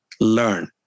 learn